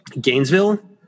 Gainesville